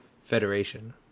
federation